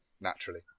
naturally